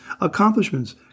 accomplishments